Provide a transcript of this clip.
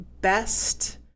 best